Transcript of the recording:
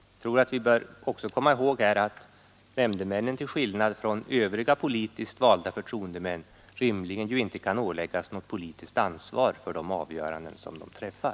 Jag tror att vi också skall komma ihåg att nämndemännen till skillnad från övriga politiskt valda förtroendemän inte rimligen bör kunna åläggas något politiskt ansvar för de avgöranden som de träffar.